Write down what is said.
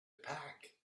pack